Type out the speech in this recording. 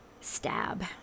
Stab